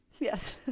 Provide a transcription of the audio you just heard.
yes